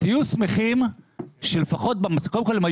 קודם כל,